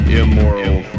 immoral